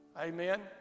Amen